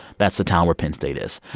that's the town where penn state is.